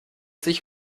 sich